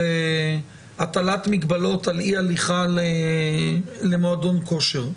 הטלת מגבלות על אי-הליכה למועדון כושר.